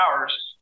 hours